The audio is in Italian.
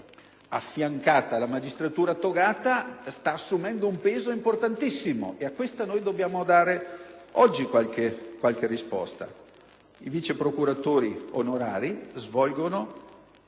affiancata a quella togata, sta assumendo un peso importantissimo e a questa oggi noi dobbiamo dare una risposta. I vice procuratori onorari svolgono